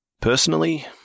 Personally